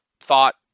thought